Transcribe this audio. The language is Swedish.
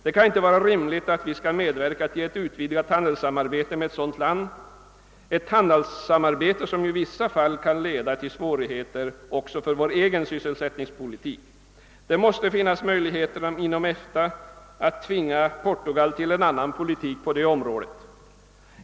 Det kan inte vara rimligt att vi skall medverka till ett utvidgat handelssamarbete med ett sådant land, ett handelssamarbete som ju i vissa fall kan leda till svårigheter för vår egen sysselsättningspolitik. Möjligheter måste finnas att inom EFTA tvinga Portugal till en annan politik på detta område.